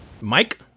mike